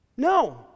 No